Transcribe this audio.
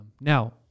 Now